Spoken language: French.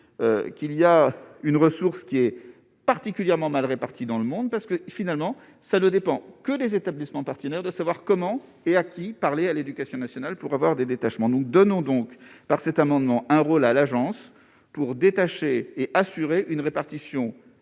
qu'il y a une ressource qui est particulièrement mal répartis dans le monde, parce que finalement ça ne dépend que des établissements partenaires de savoir comment et à qui parler, à l'éducation nationale pour avoir des détachements nous donnons donc par cet amendement, un rôle à l'agence pour détacher et assurer une répartition.